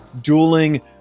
dueling